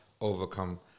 overcome